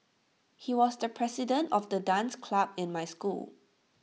he was the president of the dance club in my school